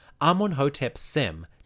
Amun-hotep-sem